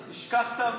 נשכחת,